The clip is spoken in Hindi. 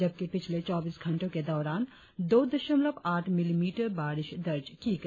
जबकि पिछले चौबीस घंटो के दौरान बाईस दशमलव आठ मिलीमिटर बारिश दर्ज किया गया